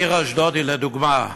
העיר אשדוד, לדוגמה,